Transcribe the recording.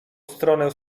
stronę